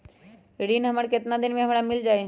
ऋण हमर केतना दिन मे हमरा मील जाई?